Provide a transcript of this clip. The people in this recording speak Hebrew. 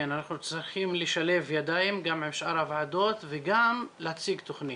אנחנו צריכים לשלב ידיים גם עם שאר הוועדות וגם להציג תוכנית,